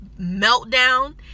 meltdown